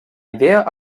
idea